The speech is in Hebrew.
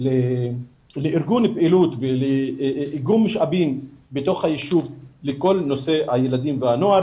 לארגון ופעילות ואיגום משאבים בתוך הישוב לכל נושא הילדים והנוער,